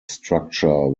structure